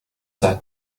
that